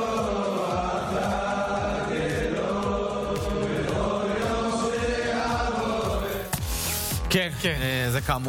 הצעת חוק לתיקון ולהארכת תוקפן של תקנות שעת חירום